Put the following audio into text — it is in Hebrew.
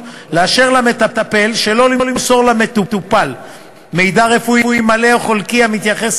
לאשר למטפל שלא למסור למטופל מידע רפואי מלא או חלקי המתייחס